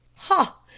ha!